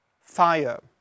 fire